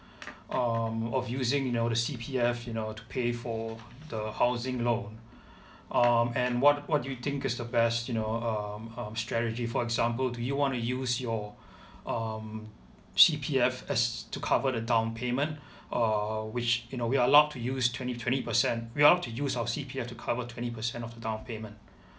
um of using you know the C_P_F you know to pay for the housing loan um and what what do you think is the best you know um um strategy for example do you want to use your um C_P_F as to cover the down payment uh which you know we are allowed to use twenty twenty percent we allowed to use our C_P_F to cover twenty percent of the down payment